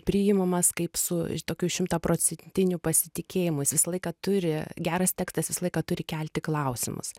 priimamas kaip su tokiu šimtaprocentiniu pasitikėjimu jis visą laiką turi geras tekstas visą laiką turi kelti klausimus